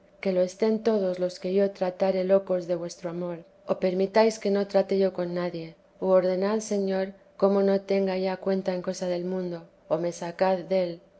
que lo estén todos los que yo tratare locos de vuestro amor vida de la santa madre o permitáis que no trate yo con nadie u ordenad señor cómo no tenga ya cuenta en cosa del mundo o me sacad del no